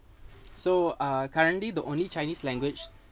so uh currently the only chinese language